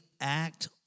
act